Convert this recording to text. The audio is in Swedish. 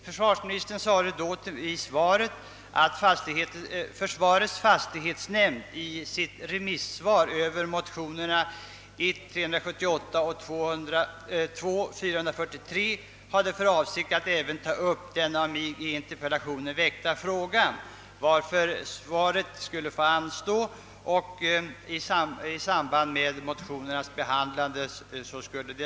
Försvarsministern sade då i svaret att försvarets fastighetsnämnd i sitt remissvar över motionerna 1: 378 och II: 443 hade för avsikt att även ta upp den av mig i interpellationen väckta frågan, varför svaret skulle få anstå för att tas upp i samband med behandlandet av motionerna.